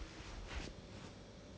orh